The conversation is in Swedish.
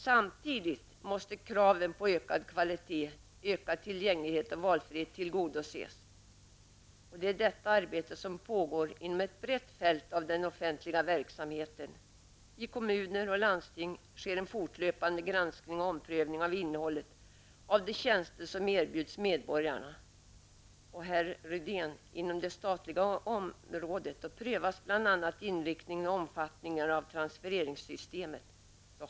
Samtidigt måste kraven på ökad kvalitet, ökad tillgänglighet och valfrihet tillgodoses. Detta är arbete som pågår inom ett brett fält av den offentliga verksamheten. I kommuner och landsting sker en fortlöpande granskning och omprövning av innehållet i de tjänster som erbjuds medborgarna. Och, herr Rydén, inom det statliga området prövas bl.a. inriktningen och omfattningen av transfereringssystemet.